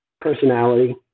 personality